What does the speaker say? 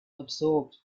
absorbed